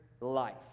life